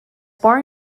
born